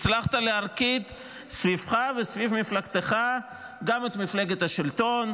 הצלחת להרקיד סביבך וסביב מפלגתך גם את מפלגת השלטון,